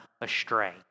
astray